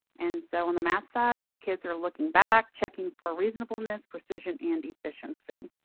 and so on the math side, the kids are looking back, checking for reasonableness, precision, and efficiency.